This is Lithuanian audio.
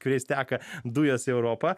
kuriais teka dujos į europą